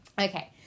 Okay